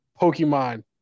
Pokemon